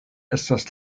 estas